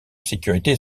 sécurité